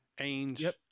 Ainge